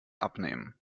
abnehmen